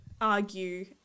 argue